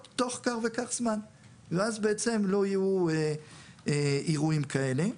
תוך כך וכך זמן ואז בעצם לא יהיו אירועים כאלה.